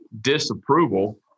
disapproval